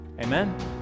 Amen